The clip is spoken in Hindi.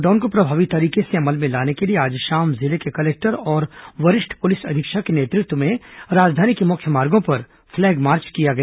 लॉकडाउन को प्रभावी तरीके से अमल में लाने के लिए आज शाम जिले के कलेक्टर और वरिष्ठ पुलिस अधीक्षक के नेतृत्व में राजधानी के मुख्य मार्गो पर फ्लैग मार्च किया गया